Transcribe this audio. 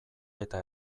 eta